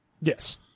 Yes